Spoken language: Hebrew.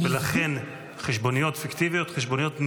לכן חשבוניות פיקטיביות, חשבוניות מבדיות.